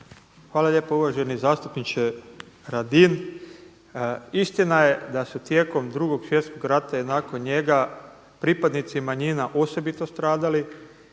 Hvala lijepo uvaženi zastupniče Radin. Istina je da su tijekom Drugog svjetskog rata i nakon njega pripadnici manjina osobito stradali,